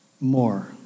more